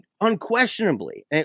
unquestionably